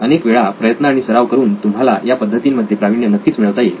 अनेक वेळा प्रयत्न आणि सराव करून तुम्हाला या पद्धतीमध्ये प्रविण्य नक्कीच मिळवता येईल